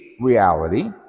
Reality